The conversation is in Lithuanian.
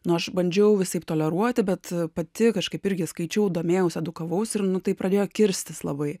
nu aš bandžiau visaip toleruoti bet pati kažkaip irgi skaičiau domėjausi edukavausi ir tai pradėjo kirstis labai